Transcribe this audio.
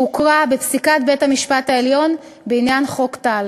שהוכרה בפסיקת בית-המשפט העליון בעניין חוק טל.